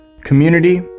Community